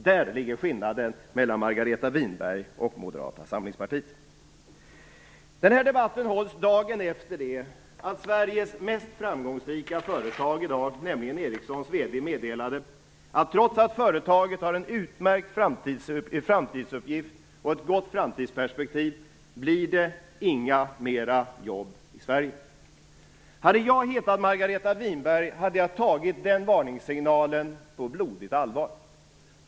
Däri ligger skillnaden mellan Den här debatten hålls dagen efter det att vd:n i Sveriges i dag mest framgångsrika företag, nämligen Ericsson, meddelade att det inte blir fler jobb i Sverige, trots att företaget har en utmärkt framtidsuppgift och ett gott framtidsperspektiv. Hade jag hetat Margareta Winberg hade jag tagit den varningssignalen på blodigt allvar.